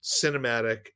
cinematic